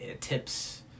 tips